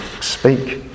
speak